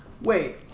Wait